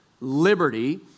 liberty